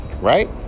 Right